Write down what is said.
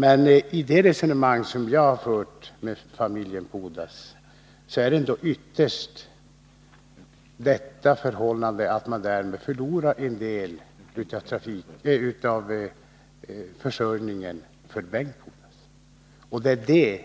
Men enligt det resonemang jag fört med familjen Pudas är det ytterst fråga om att därmed en del av försörjningen går förlorad för Bengt Pudas. Det är